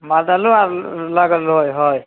बादलो आर लागल रहए हय